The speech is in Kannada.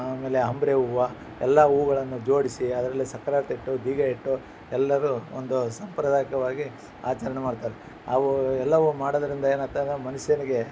ಆಮೇಲೆ ಹಂಬ್ರೆ ಹೂವು ಎಲ್ಲ ಹೂವುಗಳನ್ನು ಜೋಡಿಸಿ ಅದರಲ್ಲಿ ಸಕ್ರಾರ್ತಿ ಇಟ್ಟು ಬೀಗ ಇಟ್ಟು ಎಲ್ಲರು ಒಂದು ಸಂಪ್ರದಾಯಕವಾಗಿ ಆಚರಣೆ ಮಾಡ್ತಾರೆ ಅವೂ ಎಲ್ಲವು ಮಾಡೋದರಿಂದ ಏನಾಗ್ತದೆ ಮನುಷ್ಯನಿಗೆ